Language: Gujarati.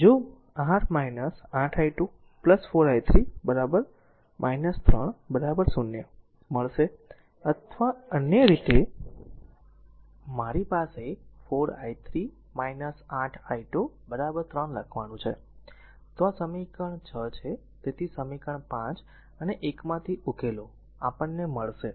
જો r 8 i2 4 i3 3 0 મળશે અથવા અન્ય રીતે મારી પાસે 4 i3 8 i2 3 લખવાનું છે તો આ સમીકરણ r 6 છે તેથી સમીકરણ 5 અને 1 માંથી ઉકેલો આપણને મળશે